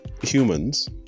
humans